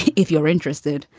if you're interested,